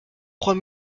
trois